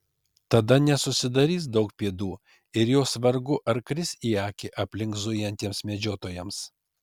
tada nesusidarys daug pėdų ir jos vargu ar kris į akį aplink zujantiems medžiotojams